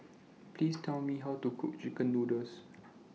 Please Tell Me How to Cook Chicken Noodles